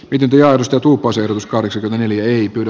pidempi ja istuutuuko se uskalsi neliöihin kyllä